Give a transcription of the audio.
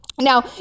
now